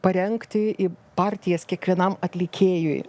parengti į partijas kiekvienam atlikėjui